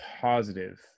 positive